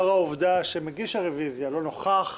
לאור העובדה שמגיש הרביזיה לא נוכח,